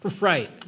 Right